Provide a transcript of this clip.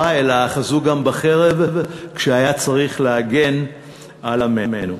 אלא אחזו גם בחרב כשהיה צריך להגן על עמנו.